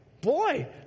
Boy